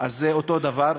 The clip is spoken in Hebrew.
זה אותו דבר.